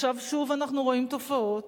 עכשיו שוב אנחנו רואים תופעות,